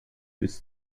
bis